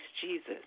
Jesus